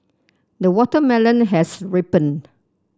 the watermelon has ripened